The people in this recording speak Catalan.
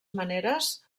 maneres